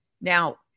Now